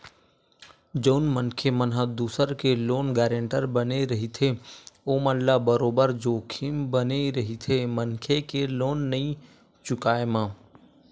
जउन मनखे मन ह दूसर के लोन गारेंटर बने रहिथे ओमन ल बरोबर जोखिम बने रहिथे मनखे के लोन नइ चुकाय म